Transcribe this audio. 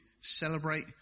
celebrate